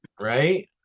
right